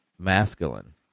masculine